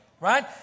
right